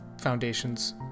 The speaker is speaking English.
foundations